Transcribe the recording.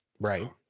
Right